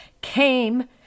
came